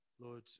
Lord